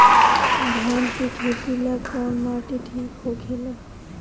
धान के खेती ला कौन माटी ठीक होखेला?